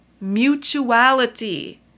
mutuality